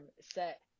set